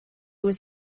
was